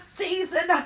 season